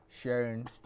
Sharing